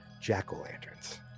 jack-o'-lanterns